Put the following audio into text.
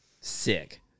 Sick